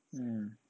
mm